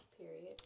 Period